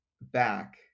back